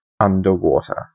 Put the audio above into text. underwater